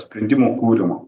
sprendimų kūrimo